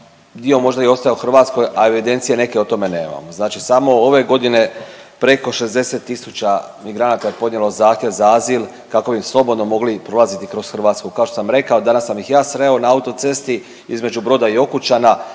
dio možda i ostaje u Hrvatskoj, a evidencije neke o tome nemamo. Znači samo ove godine preko 60 tisuća migranata je podnijelo zahtjev za azil kako bi slobodno mogli prolaziti kroz Hrvatsku. Kao što sam rekao danas sam ih ja sreo na autocesti između Broda i Okučana,